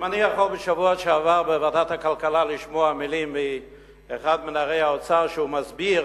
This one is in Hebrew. אם אני יכול לשמוע בשבוע שעבר בוועדת הכלכלה אחד מנערי האוצר מסביר